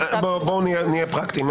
בואו נהיה פרקטיים.